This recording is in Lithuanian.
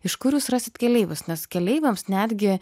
iš kur jūs rasit keleivius nes keleiviams netgi